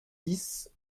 dix